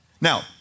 Now